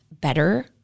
better